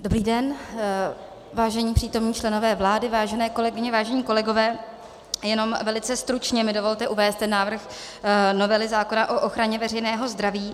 Dobrý den, vážení přítomní členové vlády, vážené kolegyně, vážení kolegové, jenom velice stručně mi dovolte uvést návrh novely zákona o ochraně veřejného zdraví.